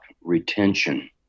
retention